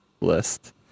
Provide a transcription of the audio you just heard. list